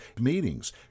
meetings